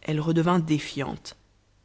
elle redevint défiante